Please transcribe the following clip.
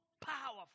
powerful